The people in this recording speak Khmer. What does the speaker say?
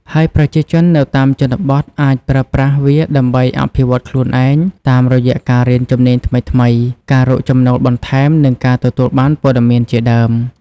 ហើយប្រជាជននៅតាមជនបទអាចប្រើប្រាស់វាដើម្បីអភិវឌ្ឍខ្លួនឯង តាមរយៈការរៀនជំនាញថ្មីៗ ការរកចំណូលបន្ថែម និងការទទួលបានព័ត៌មានជាដើម។